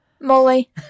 Molly